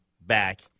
back